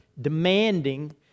demanding